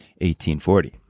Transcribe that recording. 1840